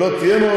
גדול אתה.